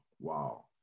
Wow